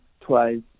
twice